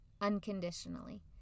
unconditionally